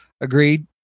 Agreed